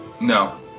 No